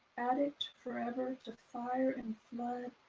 addict forever, to fire and flood,